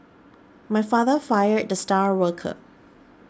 my father fired the star worker